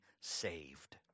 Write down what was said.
saved